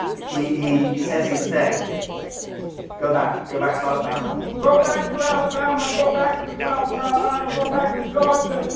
he he says instead go back go back to alabama go back to alabama. go back to south carolina. go back to georgia.